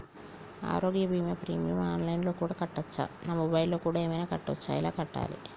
ఆరోగ్య బీమా premium online లో కూడా కట్టచ్చా? నా మొబైల్లో కూడా ఏమైనా కట్టొచ్చా? ఎలా కట్టాలి?